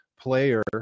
player